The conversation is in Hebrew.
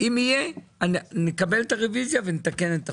אם יהיה, נקבל את הרוויזיה ונתקן את החוק.